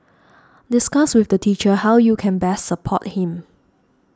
discuss with the teacher how you can best support him